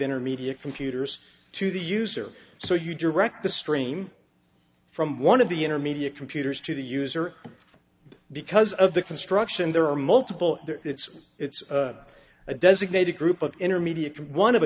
intermediate computers to the user so you direct the stream from one of the intermediate computers to the user for because of the construction there are multiple there it's it's a designated group of intermediate one of a